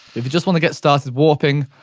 if you just want to get started warping,